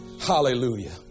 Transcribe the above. Hallelujah